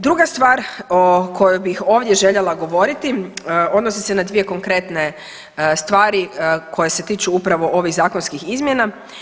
Druga stvar o kojoj bih ovdje željela govoriti odnosi se na dvije konkretne stvari koje se tiču upravo ovih zakonskih izmjena.